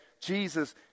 Jesus